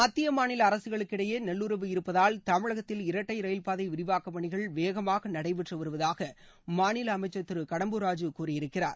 மத்திய மாநில அரசுகளுக்கிடையே நல்லுறவு இருப்பதால் தமிழகத்தில் இரட்டை ரயில்பாதை விரிவாக்க பணிகள் வேகமாக நடைபெற்று வருவதாக மாநில அமைச்ச் திரு கடம்பூர் ராஜு கூறியிருக்கிறார்